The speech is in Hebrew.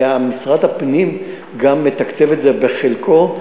ומשרד הפנים גם מתקצב את זה בחלקו.